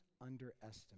underestimate